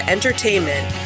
Entertainment